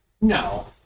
No